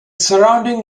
surrounding